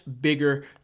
bigger